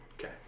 Okay